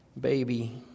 baby